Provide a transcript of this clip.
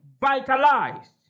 vitalized